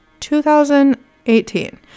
2018